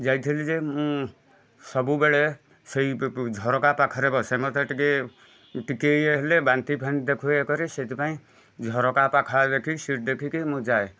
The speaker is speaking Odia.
ଯାଇଥିଲି ଯେ ମୁଁ ସବୁବେଳେ ସେଇ ଝରକା ପାଖରେ ବସେ ମୋତେ ଟିକେ ଟିକେ ଇଏ ହେଲେ ବାନ୍ତିଫାନ୍ତି ଦେଖାଏ ଇଏ କରେ ସେଇଥିପାଇଁ ଝରକା ପାଖାପାଖି ସିଟ୍ ଦେଖିକି ମୁଁ ଯାଏ